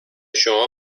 شما